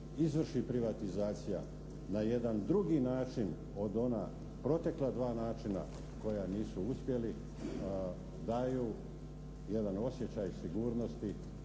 izvrši privatizacija na jedan drugi način od ona protekla dva načina koja nisu uspjeli, daju jedan osjećaj sigurnosti